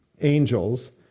angels